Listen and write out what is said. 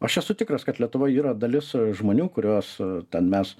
aš esu tikras kad lietuvoj yra dalis žmonių kuriuos ten mes